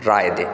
राय दें